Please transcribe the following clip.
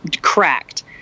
cracked